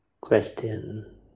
Question